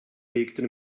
legten